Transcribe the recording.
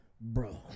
Bro